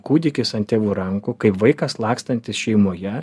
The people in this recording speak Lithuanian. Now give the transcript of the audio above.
kūdikis ant tėvų rankų kaip vaikas lakstantis šeimoje